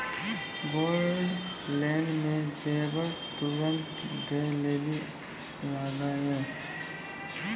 Gold loan मे जेबर तुरंत दै लेली लागेया?